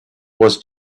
was